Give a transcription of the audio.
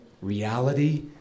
reality